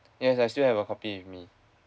yes I still have a copy with me